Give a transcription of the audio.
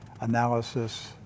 analysis